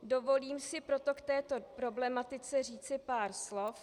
Dovolím si proto k této problematice říci pár slov.